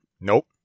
Nope